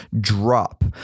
drop